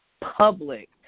public